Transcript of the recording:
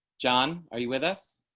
john. are you with us.